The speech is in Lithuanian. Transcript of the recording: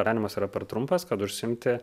gyvenimas yra per trumpas kad užsiimti